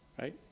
Right